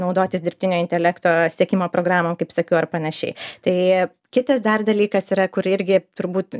naudotis dirbtinio intelekto sekimo programų kaip sakiau ar panašiai tai kitas dar dalykas yra kur irgi turbūt